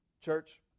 Church